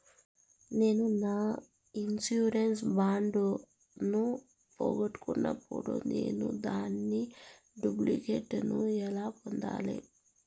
నేను నా insurance bond ను పోగొట్టుకున్నప్పుడు నేను దాని డూప్లికేట్ ను ఎలా పొందాలి?